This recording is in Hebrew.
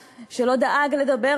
וגם עם אימת המנהרות מתחת לאדמה.